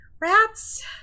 rats